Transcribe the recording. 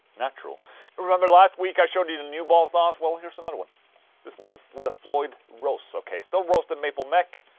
natural remember last week i showed you the new bolt-ons? well, here's another one this one with a floyd rose. ok, still roasted maple neck,